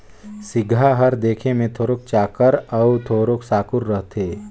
सिगहा हर देखे मे थोरोक चाकर अउ थोरोक साकुर रहथे